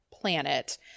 planet